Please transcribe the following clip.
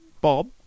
Bob